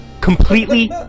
completely